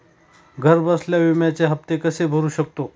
घरबसल्या विम्याचे हफ्ते कसे भरू शकतो?